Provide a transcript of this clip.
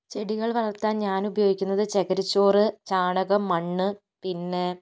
ചെടികൾ വളർത്താൻ ഞാൻ ഉപയോഗിക്കുന്നത് ചകിരിച്ചോറ് ചാണകം മണ്ണ് പിന്നെ